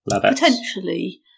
Potentially